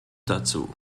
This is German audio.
dazu